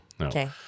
Okay